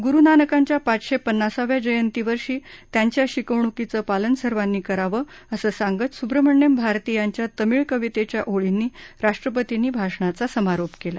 गुरु नानकांच्या पाचशे पन्नासाव्या जयंती वर्षी त्यांच्या शिकवणूकीचे पालन सर्वांनी करावं असं सांगत सुब्रमण्यम भारती यांच्या तमिळ कवितेच्या ओळीनी राष्ट्रपतींनी भाषाणाचा समारोप केला